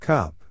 Cup